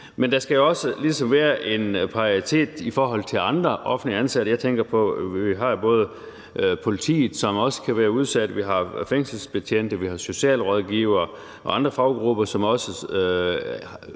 Men der skal jo også ligesom være en parallelitet i forhold til andre offentligt ansatte. Jeg tænker på, at vi både har politiet, som kan være udsat, vi har fængselsbetjente, vi har socialrådgivere og andre faggrupper, som også